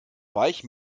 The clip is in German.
weich